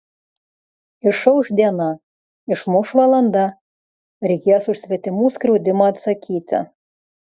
išauš diena išmuš valanda reikės už svetimų skriaudimą atsakyti